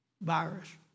virus